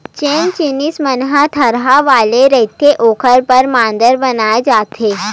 जेन जिनिस मन ह थरहा वाले रहिथे ओखर बर मांदा बनाए जाथे